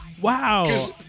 Wow